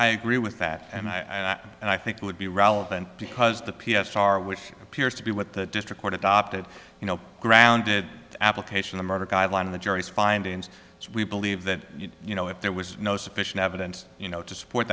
i agree with that and i and i think it would be relevant because the p s r which appears to be what the district court adopted you know grounded application of our guideline of the jury's findings we believe that you know if there was no sufficient evidence to support